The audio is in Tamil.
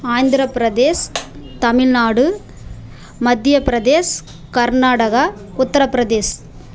ஆந்திர ப்ரதேஷ் தமிழ்நாடு மத்திய ப்ரதேஷ் கர்நாடகா உத்திர ப்ரதேஷ்